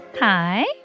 Hi